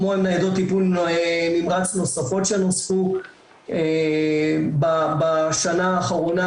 כמו עם ניידות טיפול נמרץ נוספות שנוספו בשנה האחרונה,